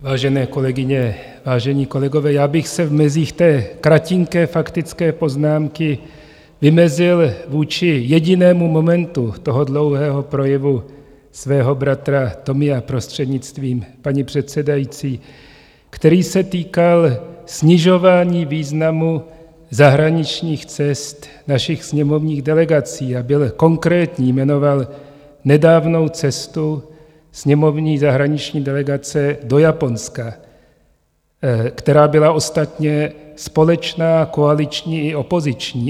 Vážené kolegyně, vážení kolegové, já bych se v mezích té kratinké faktické poznámky vymezil vůči jedinému momentu toho dlouhého projevu svého bratra Tomia, prostřednictvím paní předsedající, který se týkal snižování významu zahraničních cest našich sněmovních delegací a byl konkrétní, jmenoval nedávnou cestu sněmovní zahraniční delegace do Japonska, která byla ostatně společná, koaliční i opoziční.